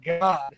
God